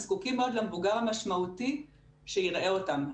הם זקוקים מאוד למבוגר המשמעותי שיראה אותם.